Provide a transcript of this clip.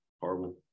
horrible